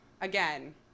again